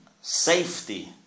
safety